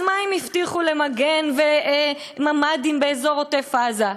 אז מה אם הבטיחו למגן ממ"דים באזור עוטף-עזה?